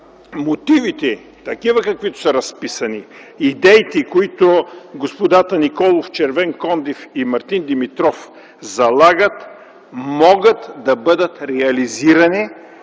мотивите, такива каквито са разписани, идеите, които господата Николов, Червенкондев и Мартин Димитров залагат, могат да бъдат реализирани,